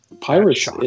Pirates